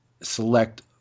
select